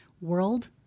world